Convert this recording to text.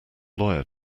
lawyer